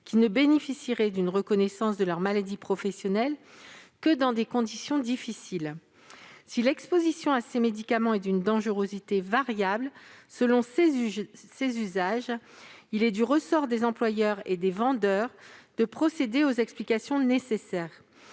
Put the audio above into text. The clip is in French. qui ne bénéficieraient d'une reconnaissance de leur maladie professionnelle que dans des conditions difficiles. Si l'exposition à ces médicaments est d'une dangerosité variable selon les usages, il est du ressort des employeurs et des vendeurs de procéder aux explications nécessaires.